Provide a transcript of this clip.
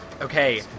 Okay